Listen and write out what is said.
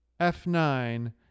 F9